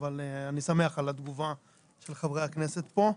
אבל אני שמח על התגובה של חברי הכנסת פה.